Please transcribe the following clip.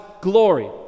glory